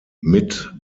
mit